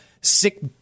sick